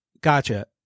Gotcha